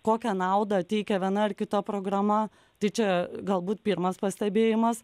kokią naudą teikia viena ar kita programa tai čia galbūt pirmas pastebėjimas